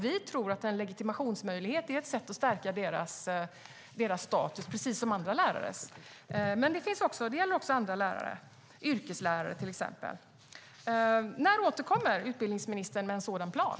Vi tror att möjligheten till legitimation är ett sätt att stärka deras status precis som andra lärares. Men det gäller även andra lärare, till exempel yrkeslärare. När återkommer utbildningsministern med en plan?